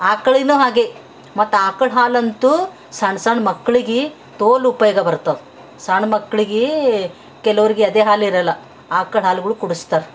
ಆಕಳನೂ ಹಾಗೆ ಮತ್ತು ಆಕಳು ಹಾಲಂತೂ ಸಣ್ಣ ಸಣ್ಣ ಮಕ್ಳಿಗೆ ತೋಲು ಉಪಯೋಗ ಬರ್ತವೆ ಸಣ್ಣ ಮಕ್ಳಿಗೆ ಕೆಲವರಿಗೆ ಎದೆ ಹಾಲಿರಲ್ಲ ಆಕಳ ಹಾಲುಗಳು ಕುಡಿಸ್ತಾರೆ